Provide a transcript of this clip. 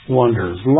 wonders